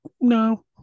no